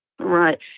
right